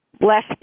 less